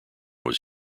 was